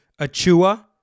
Achua